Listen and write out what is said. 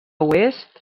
oest